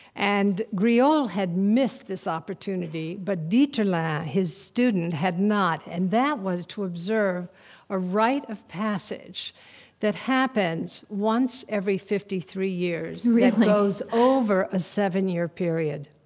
and griaule had missed this opportunity, but dieterlen, his student, had not, and that was to observe a rite of passage that happens once every fifty three years, that goes over a seven-year period.